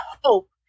hope